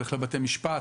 הולך לבתי משפט,